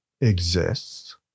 exists